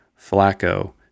Flacco